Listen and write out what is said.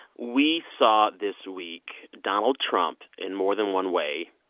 we saw this week donald trump, in more than one way,